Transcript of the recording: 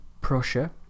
Prussia